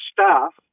staff